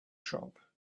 shop